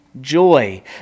joy